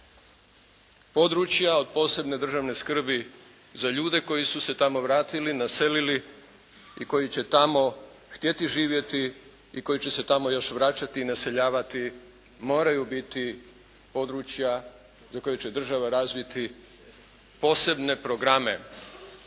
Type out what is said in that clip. Područja od posebne državne skrbi za ljude koji su se tamo vratili, naselili i koji će tamo htjeti živjeti, i koji će se tamo još vraćati i naseljavati moraju biti područja za koje će država razviti posebne programe,